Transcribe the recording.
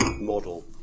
model